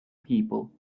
people